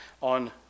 on